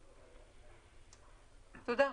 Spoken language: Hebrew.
תודה.